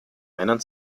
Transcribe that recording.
männern